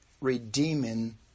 redeeming